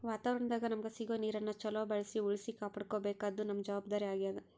ವಾತಾವರಣದಾಗ್ ನಮಗ್ ಸಿಗೋ ನೀರನ್ನ ಚೊಲೋ ಬಳ್ಸಿ ಉಳ್ಸಿ ಕಾಪಾಡ್ಕೋಬೇಕಾದ್ದು ನಮ್ಮ್ ಜವಾಬ್ದಾರಿ ಆಗ್ಯಾದ್